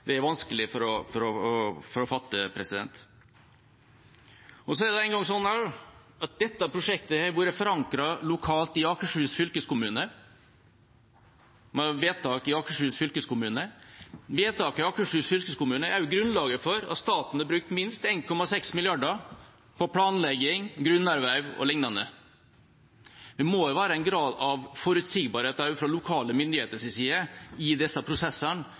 vanskelig for å fatte. Dette prosjektet har vært forankret lokalt med vedtak i Akershus fylkeskommune. Det vedtaket er også grunnlaget for at staten har brukt minst 1,6 mrd. kr på planlegging, grunnarbeid o.l. Det må jo være en grad av forutsigbarhet også for lokale myndigheter i disse prosessene